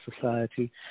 society